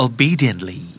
Obediently